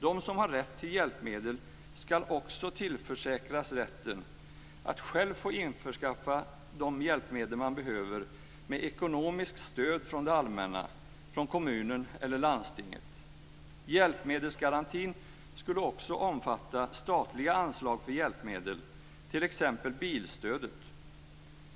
De som har rätt till hjälpmedel ska också tillförsäkras rätten att själva få införskaffa de hjälpmedel de behöver med ekonomiskt stöd från det allmänna - kommunen eller landstinget. Hjälpmedelsgarantin ska också omfatta statliga anslag för hjälpmedel, t.ex. bilstödet.